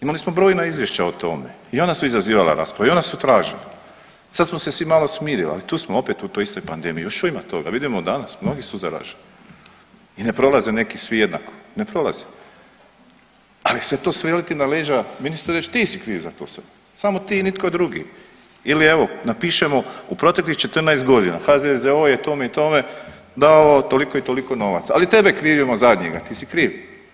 Imali smo brojna izvješća o tome i ona su izazivala rasprave i ona su tražena, sad smo se svi malo smirili, ali tu smo opet u toj istoj pandemiji, još ima toga, vidimo danas mnogi su zaraženi i ne prolaze neki svi jednako, ne prolaze, ali sve to svaliti na leđa ministra i reć ti si kriv za to sve, samo ti i nitko drugi ili evo napišemo u proteklih 14.g. HZZO je tome i tome davao toliko i toliko novaca, ali tebe krivimo zadnjega ti si kriv.